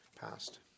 Passed